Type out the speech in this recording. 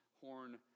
horn